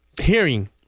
hearing